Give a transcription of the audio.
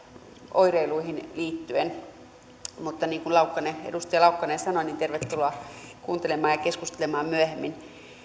oireiluihin liittyen mutta niin kuin edustaja laukkanen sanoi tervetuloa kuuntelemaan ja keskustelemaan myöhemmin